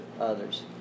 others